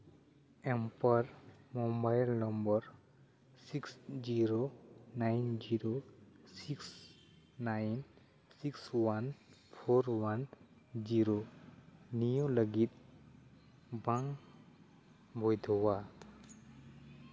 ᱮᱢᱯᱟᱨ mobile number six zero nine zero six nine six one four one zero ᱱᱤᱭᱟᱹ ᱞᱟᱹᱜᱤᱫ ᱵᱟᱝ ᱵᱳᱭᱫᱷᱚᱣᱟ